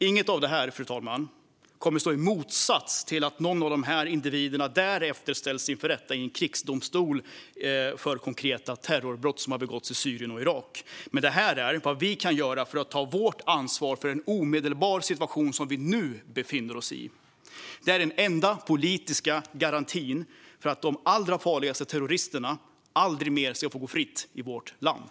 Inget av det här, fru talman, kommer att stå i motsats till att någon av de här individerna därefter ställs inför rätta i en krigsdomstol för konkreta terrorbrott som har begåtts i Syrien och Irak. Men detta är vad vi kan göra för att ta vårt ansvar för en omedelbar situation som vi nu befinner oss i. Det är den enda politiska garantin för att de allra farligaste terroristerna aldrig mer ska få gå fritt i vårt land.